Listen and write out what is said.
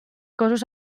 cossos